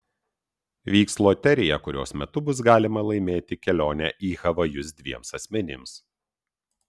vyks loterija kurios metu bus galima laimėti kelionę į havajus dviems asmenims